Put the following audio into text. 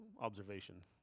observation